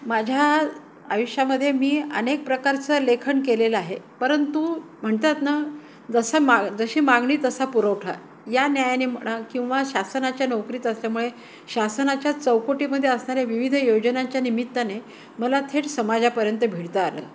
माझ्या आयुष्यामध्ये मी अनेक प्रकारचं लेखन केलेलं आहे परंतु म्हणतात ना जसां माग जशी मागणी तसा पुरवठा या न्यायाने म्हणा किंवा शासनाच्या नोकरीत असल्यामुळे शासनाच्या चौकोटीमध्ये असणाऱ्या विविध योजनांच्या निमित्ता्ने मला थेट समाजापर्यंत भिडतां आलं